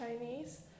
Chinese